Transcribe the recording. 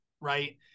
Right